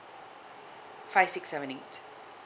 five six seven eight